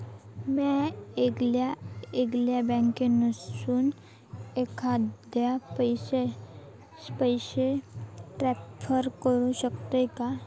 म्या येगल्या बँकेसून एखाद्याक पयशे ट्रान्सफर करू शकतय काय?